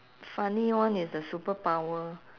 funny one is the superpower